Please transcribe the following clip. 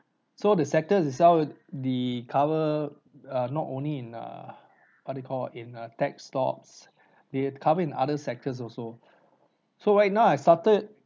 so the sector itself the cover uh not only in err what do you call in a tech stocks they have cover in other sectors also so right now I started